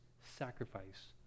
sacrifice